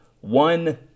One